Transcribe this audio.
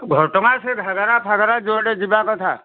ଘଟଗାଁ ସେ ଘାଗରା ଫାଗରା ଯୁଆଡ଼େ ଯିବା କଥା